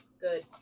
Good